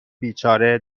بیچاره